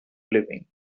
living